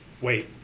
wait